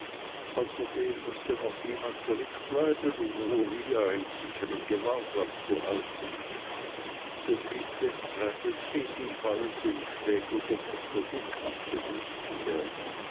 außerdem mußte noch jemand zurückbleiben um uriah in sicherm gewahrsam zu halten so blieb denn traddles ebenfalls um später durch mr dick abgelöst zu werden